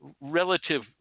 relative